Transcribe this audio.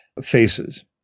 faces